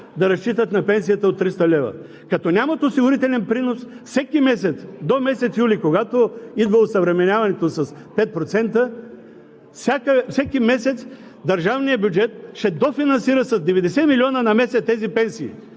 да разчитат на пенсията от 300 лв. Като нямат осигурителен принос, всеки месец – до месец юли, когато идва осъвременяването с 5%, всеки месец държавният бюджет ще дофинансира с 90 милиона на месец размера